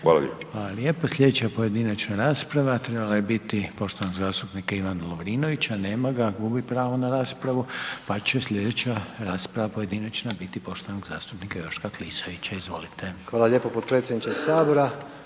Hvala lijepo. Sljedeća pojedinačna rasprava trebala je biti poštovanog zastupnika Ivana Lovrinovića, nema ga, gubi pravo na raspravu pa će sljedeća rasprava pojedinačna biti poštovanog zastupnika Joška Klisovića. Izvolite. **Klisović, Joško